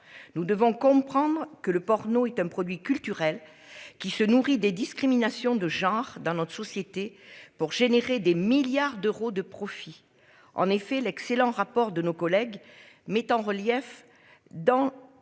nous devons comprendre que le porno est un produit culturel qui se nourrit des discriminations de genre dans notre société, pour générer des milliards d'euros de profits en effet l'excellent rapport de nos collègues mettent en relief dans